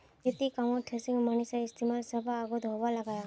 खेतिर कामोत थ्रेसिंग मशिनेर इस्तेमाल सब गाओंत होवा लग्याहा